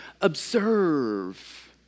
observe